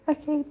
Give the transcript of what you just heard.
Okay